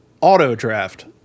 Auto-draft